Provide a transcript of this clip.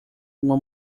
uma